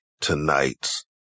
tonight's